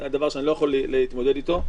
זה דבר שאני לא יכול להתמודד איתו.